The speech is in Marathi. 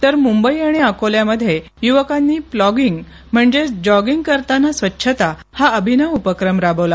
तर मुंबई आणि अकोल्यामध्ये युवकांनी प्लोगिंग म्हणजेच जॉगिंग करताना स्वच्छता हा अभिनव उपक्रम राबवला